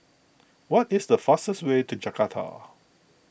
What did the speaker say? what is the fastest way to Jakarta